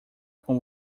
com